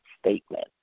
statement